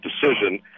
decision